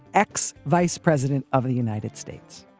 ex vice president of the united states